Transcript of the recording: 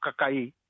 kakai